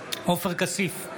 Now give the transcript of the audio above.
עופר כסיף,